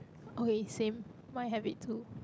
okay same mine have it too